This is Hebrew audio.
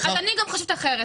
אז אני גם חושבת אחרת,